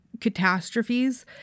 catastrophes